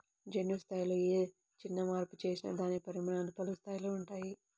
జన్యు స్థాయిలో ఏ చిన్న మార్పు చేసినా దాని పరిణామాలు పలు స్థాయిలలో ఉంటాయి